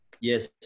Yes